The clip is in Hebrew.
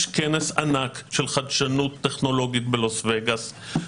יש כנס ענק של חדשנות טכנולוגית בלאס וגאס,